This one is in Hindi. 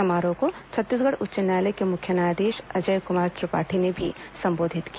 समारोह को छत्तीसगढ़ उच्च न्यायालय के मुख्य न्यायाधीश अजय कुमार त्रिपाठी ने भी संबोधित किया